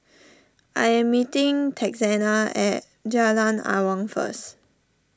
I am meeting Texanna at Jalan Awang first